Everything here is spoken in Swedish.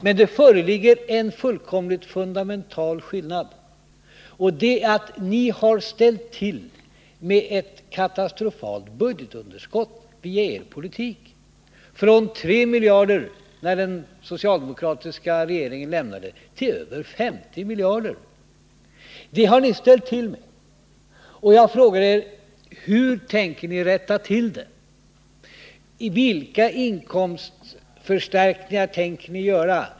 Men det föreligger en fundamental skillnad, och det är att ni har ställt till med ett katastrofalt budgetunderskott genom er politik, från 3 miljarder när socialdemokraterna lämnade regeringsställningen till över 50 miljarder. Och jag frågar: Hur tänker ni rätta till det? Vilka inkomstförstärkningar tänker ni göra?